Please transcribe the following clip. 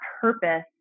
purpose